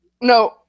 No